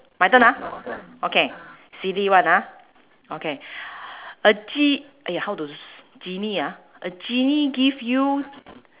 my turn ah okay silly one ah okay a ge~ !aiya! how to genie ah a genie give you